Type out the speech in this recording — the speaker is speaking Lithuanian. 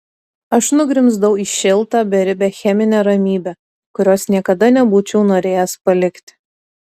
aš nugrimzdau į šiltą beribę cheminę ramybę kurios niekada nebūčiau norėjęs palikti